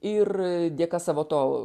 ir dėka savo to